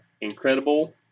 incredible